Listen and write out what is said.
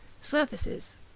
Surfaces